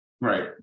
Right